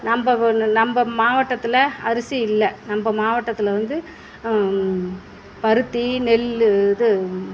நம்ம பண்ணு நம்ம மாவட்டத்தில் அரிசி இல்லை நம்ம மாவட்டத்தில் வந்து பருத்தி நெல் இது